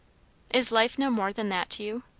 is life no more than that to you?